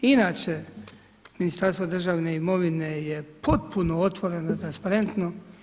Inače Ministarstvo državne imovine je potpuno otvoreno i transparentno.